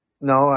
No